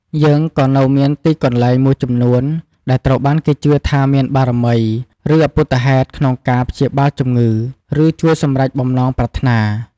យើងក៏នៅមានទីកន្លែងមួយចំនួនដែលត្រូវបានគេជឿថាមានបារមី ឬអព្ភូតហេតុក្នុងការ ព្យាបាលជំងឺ ឬ ជួយសម្រេចបំណងប្រាថ្នា ។